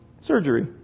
surgery